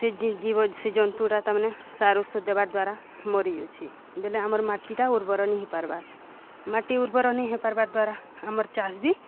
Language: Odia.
ସେ ଜି ଜି ସେ ଜନ୍ତୁଟା ତାମାନେ ସାର୍ ଔଷଦ ଦେବାର୍ ଦ୍ୱାରା ମରି ଯାଉଛି ବେଲେ ଆମର୍ ମାଟିଟା ଉର୍ବର ନି ହେଇପାର୍ବାର୍ ମାଟି ଉର୍ବର ନି ହେଇପାର୍ବାର୍ ଦ୍ୱାରା ଆମର୍ ଚାଷ ବି